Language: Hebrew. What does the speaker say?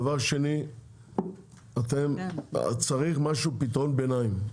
דבר שני, צריך פתרון ביניים.